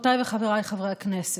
חברותיי וחבריי חברי הכנסת,